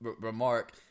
remark